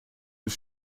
des